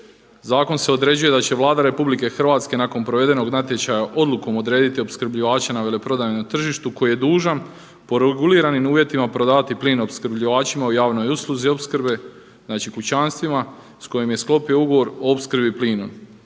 Zakon se određuje da će Vlade RH nakon provedenog natječaja odlukom odrediti opskrbljivače na veleprodajnom tržištu koji je dužan po reguliranim uvjetima prodavati plin opskrbljivačima u javnoj usluzi opskrbe, znači kućanstvima s kojim je sklopio ugovor o opskrbi plinom